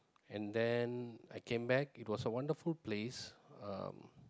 and then I came back it was a wonderful place um